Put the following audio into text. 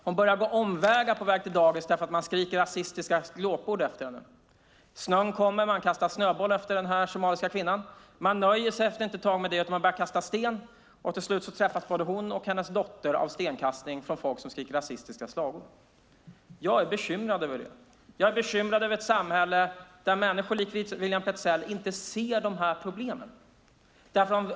Hon börjar gå omvägar på väg till dagis därför att man skriker rasistiska glåpord efter henne. Snön kommer, och man kastar snöboll efter den somaliska kvinnan. Man nöjer sig efter ett tag inte med det utan börjar kasta sten. Till slut träffas både hon och hennes dotter av stenar kastade av personer som skriker rasistiska slagord. Jag är bekymrad över det. Jag är bekymrad över ett samhälle där människor likt William Petzäll inte ser de här problemen.